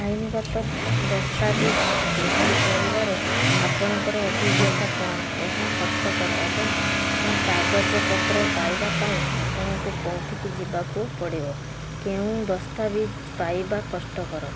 ଆଇନଗତ ଦସ୍ତାବିଜ ସୃଷ୍ଟି କରିବାରେ ଆପଣଙ୍କର ଅଭିଜ୍ଞତା କ'ଣ ଏହା କଷ୍ଟକର ଏବଂ କାଗଜପତ୍ର ପାଇବା ପାଇଁ ଆପଣଙ୍କୁ କେଉଁଠିକୁ ଯିବାକୁ ପଡ଼ିବ କେଉଁ ଦସ୍ତାବିଜ ପାଇବା କଷ୍ଟକର